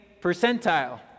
percentile